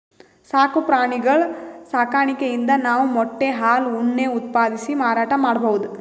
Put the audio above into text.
ಸಾಕು ಪ್ರಾಣಿಗಳ್ ಸಾಕಾಣಿಕೆಯಿಂದ್ ನಾವ್ ಮೊಟ್ಟೆ ಹಾಲ್ ಉಣ್ಣೆ ಉತ್ಪಾದಿಸಿ ಮಾರಾಟ್ ಮಾಡ್ಬಹುದ್